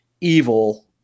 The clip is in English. evil